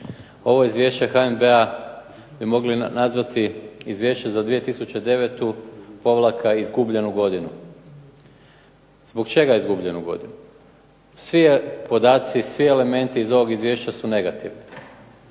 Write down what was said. Ovo izvješće HNB-a bi mogli nazvati izvješće za 2009. – izgubljenu godinu. Zbog čega izgubljenu godinu? Svi podaci, svi elementi iz ovog izvješća su negativni.